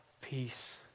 peace